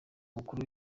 umukuru